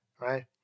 right